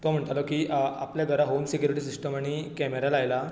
तो म्हणटालो की आपल्या घरा हाॅल सेक्युरीटी सिस्टम आनी कॅमेरा लायला